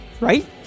Right